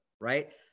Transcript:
right